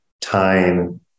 time